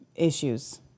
Issues